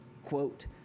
Quote